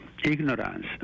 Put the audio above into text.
ignorance